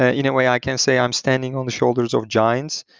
ah anyway, i can't say i'm standing on the shoulders of giants.